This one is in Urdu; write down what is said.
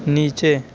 نیچے